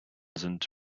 sind